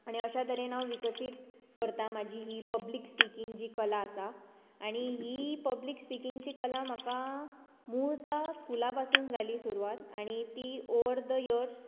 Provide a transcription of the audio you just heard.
आनी अश्यां तरेन हांव विकसित करता म्हाजी ही पब्लिक स्पिकींग जी कला आसा आनी ही जी पब्लिक स्पिकींग जी कला म्हाका मुळतां स्कुलां पासून जाली सुरवात आनी ती ओवर द इयर्स